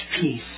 peace